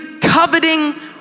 coveting